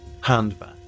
handbag